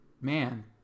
man